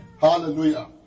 Hallelujah